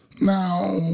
now